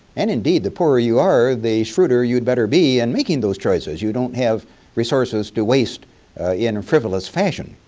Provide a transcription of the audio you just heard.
and, indeed, the poorer you are the shrewder you better be in and making those choices. you don't have resources to waste in a frivolous fashion.